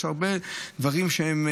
יש הרבה דברים שהם,